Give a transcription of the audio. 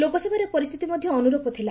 ଲୋକସଭାରେ ପରିସ୍ଥିତି ମଧ୍ୟ ଅନୁରୂପ ଥିଲା